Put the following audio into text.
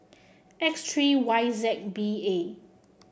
X three Y Z B A